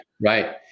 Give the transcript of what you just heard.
Right